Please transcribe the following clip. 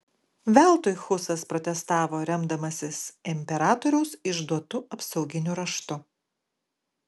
veltui husas protestavo remdamasis imperatoriaus išduotu apsauginiu raštu